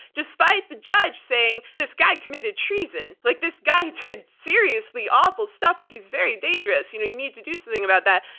despite the judge saying, this guy committed treason. like this guy did seriously awful stuff. like he's very dangerous. you know, you need to do something about that.